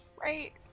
right